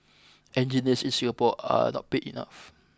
engineers in Singapore are not paid enough